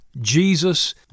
Jesus